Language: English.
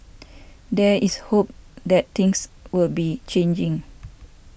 there is hope that things will be changing